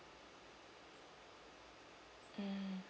mm